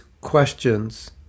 questions